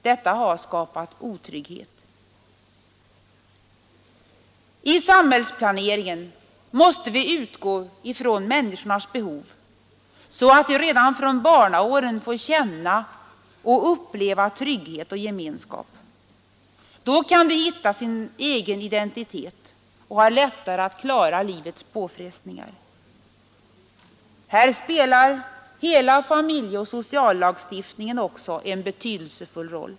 Detta har skapat otrygghet. I samhällsplaneringen måste vi utgå från människornas behov så att de redan från barnaåren får känna och uppleva trygghet och gemenskap. Då kan de hitta sin egen identitet och har lättare att klara livets påfrestningar. Här spelar hela familjeoch sociallagstiftningen en betydelsefull roll.